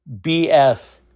BS